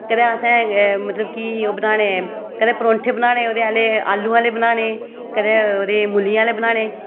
कदें असें मतलब कि ओह् बनाने कदें परौंठे बनाने ओह्दे आह्ले आलू आह्ले बनाने कदें ओह्दे मूली आह्ले बनाने